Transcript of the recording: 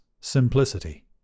simplicity